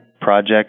project